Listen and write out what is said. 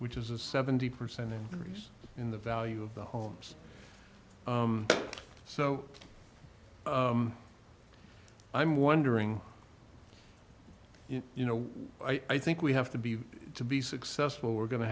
which is a seventy percent increase in the value of the homes so i'm wondering you know i think we have to be to be successful we're go